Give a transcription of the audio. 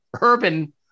Urban